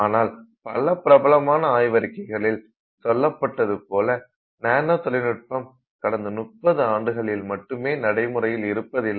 ஆனால் பல பிரபலமான ஆய்வறிக்கைகளில் சொல்லப்பட்டது போல நானோ தொழில்நுட்பம் கடந்த 30 ஆண்டுகளில் மட்டுமே நடைமுறையில் இருப்பதில்லை